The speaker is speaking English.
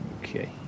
Okay